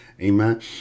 Amen